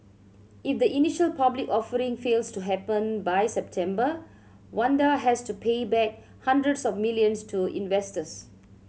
if the initial public offering fails to happen by September Wanda has to pay back hundreds of millions to investors